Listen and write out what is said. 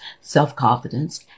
self-confidence